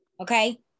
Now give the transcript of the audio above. Okay